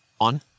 on